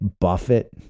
Buffett